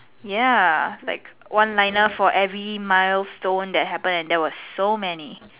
ya like one liner for every milestones that happen and there was so many